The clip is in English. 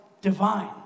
divine